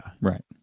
Right